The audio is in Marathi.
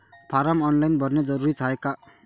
फारम ऑनलाईन भरने जरुरीचे हाय का?